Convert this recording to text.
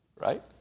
right